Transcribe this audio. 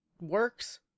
works